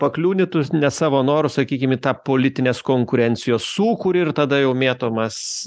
pakliūni tu ne savo noru sakykim į tą politinės konkurencijos sūkurį ir tada jau mėtomas